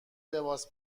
لباس